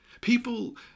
people